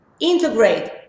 Integrate